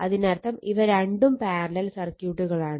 അതിനർത്ഥം ഇവ രണ്ടും പാരലൽ സർക്യൂട്ടുകളാണ്